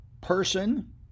person